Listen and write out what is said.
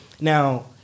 Now